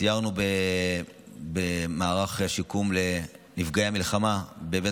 סיירנו במערך השיקום לנפגעי המלחמה בבית